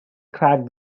crack